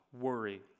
worry